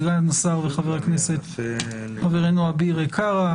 סגן השר וחבר הכנסת חברנו אביר קארה,